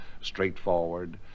straightforward